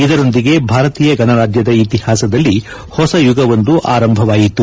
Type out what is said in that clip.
ಇದರೊಂದಿಗೆ ಭಾರತೀಯ ಗಣರಾಜ್ಯದ ಇತಿಹಾಸದಲ್ಲಿ ಹೊಸ ಯುಗವೊಂದು ಆರಂಭವಾಯಿತು